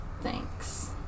Thanks